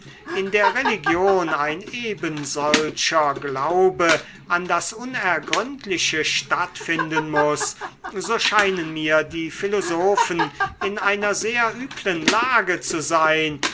in der religion ein ebensolcher glaube an das unergründliche stattfinden muß so schienen mir die philosophen in einer sehr üblen lage zu sein